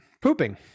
Pooping